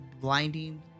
blinding